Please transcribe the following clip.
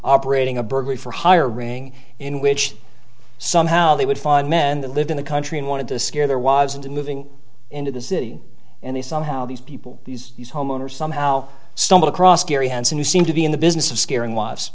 operating a burglary for hire ring in which somehow they would find men that lived in the country and wanted to scare their wives into moving into the city and they somehow these people these these homeowners somehow stumble across gary hanson who seem to be in the business of scaring w